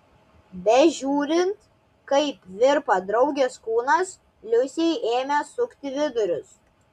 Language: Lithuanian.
bežiūrint kaip virpa draugės kūnas liusei ėmė sukti vidurius